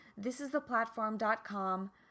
thisistheplatform.com